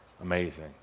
Amazing